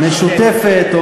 משותפת.